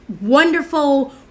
wonderful